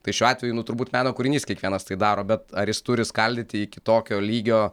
tai šiuo atveju nu turbūt meno kūrinys kiekvienas tai daro bet ar jis turi skaldyti iki tokio lygio